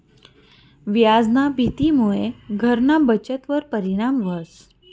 व्याजना भीतीमुये घरना बचतवर परिणाम व्हस